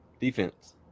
defense